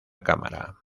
cámara